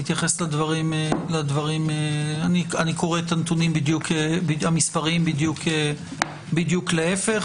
אני קורא את המספרים בדיוק להפך.